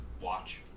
watch